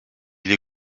l’ai